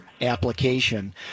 application